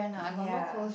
ya